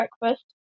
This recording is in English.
breakfast